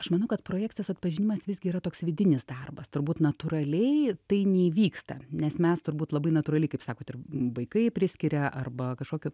aš manau kad projekcijos atpažinimas visgi yra toks vidinis darbas turbūt natūraliai tai neįvyksta nes mes turbūt labai natūraliai kaip sakot ir vaikai priskiria arba kažkokiu